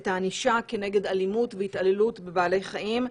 את הענישה כנגד אלימות והתעללות בבעלי חיים,